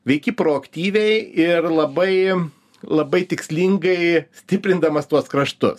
veiki proaktyviai ir labai labai tikslingai stiprindamas tuos kraštus